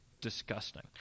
disgusting